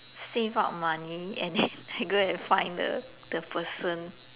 save up money and then I go and find the the person